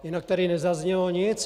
Jinak tady nezaznělo nic.